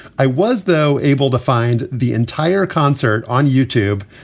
i was, though, able to find the entire concert on youtube.